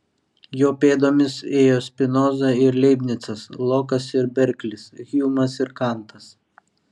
jo pėdomis ėjo spinoza ir leibnicas lokas ir berklis hjumas ir kantas